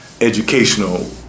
educational